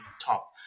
top